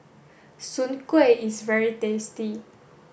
Soon Kway is very tasty